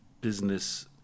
business